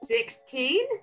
Sixteen